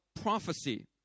prophecy